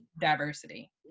diversity